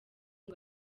ngo